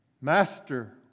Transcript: Master